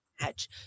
match